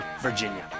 Virginia